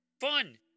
fun